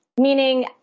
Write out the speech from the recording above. Meaning